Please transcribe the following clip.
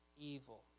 evil